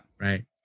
right